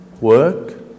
work